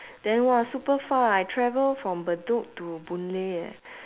then !wah! super far I travel from bedok to boon-lay eh